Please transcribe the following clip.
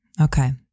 okay